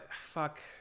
Fuck